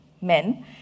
men